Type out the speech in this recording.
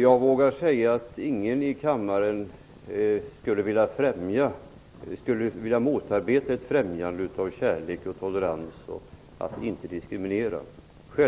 Jag vågar säga att ingen i kammaren vill motarbeta ett främjande av kärlek och tolerans. Ingen vill heller främja diskriminering. Det